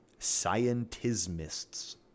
scientismists